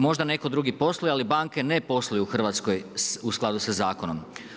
Možda netko drugi posluje, ali banke ne posluju u Hrvatskoj u skladu sa zakonom.